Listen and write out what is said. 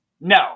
no